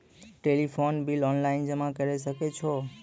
Telephone bill online जमा करै सकै छौ?